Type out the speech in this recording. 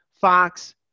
Fox